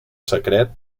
secret